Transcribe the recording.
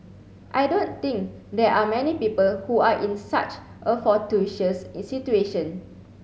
I don't think there are many people who are in such a fortuitous situation